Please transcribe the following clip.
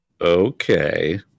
okay